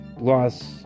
loss